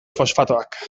fosfatoak